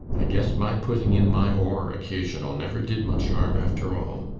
i guess my putting in my oar occasional never did much harm after all.